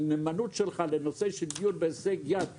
והנאמנות שלך לנושא של דיור בהישג יד ל-50%,